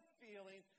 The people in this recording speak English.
feeling